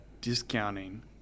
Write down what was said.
discounting